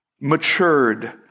matured